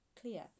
clear